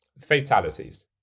fatalities